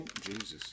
Jesus